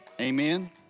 Amen